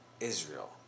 Israel